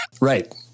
right